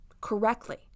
correctly